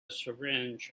syringe